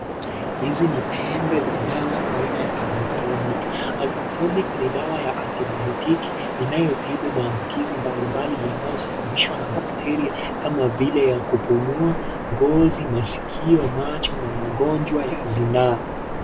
Hizi ni tembe za dawa aina ya asithromic. Azithromic ni dawa ya antibayotiki inayotibu maambukizi mbalimbali yanayosababishwa na bacteria kama vile ya kupumua, ngozi, masikio macho na magonjwa ya zinaa.